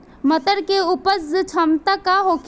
मटर के उपज क्षमता का होखे?